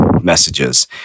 messages